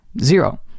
zero